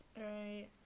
Right